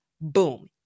Boom